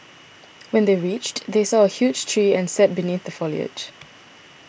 when they reached they saw a huge tree and sat beneath the foliage